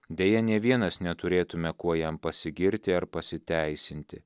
deja nė vienas neturėtume kuo jam pasigirti ar pasiteisinti